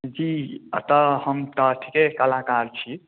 जी एतऽ हम तऽ ठीके कलाकार छी